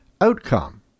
outcome